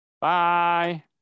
Bye